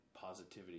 positivity